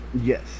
Yes